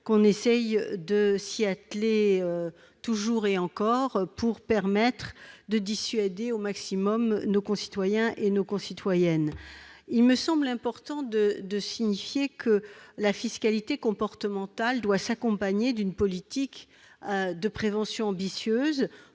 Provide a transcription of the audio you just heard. l'on essaye de s'y atteler toujours et encore afin de dissuader au maximum nos concitoyens et nos concitoyennes. Il me semble important de signifier que la fiscalité comportementale doit s'accompagner d'une politique de prévention ambitieuse